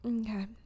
Okay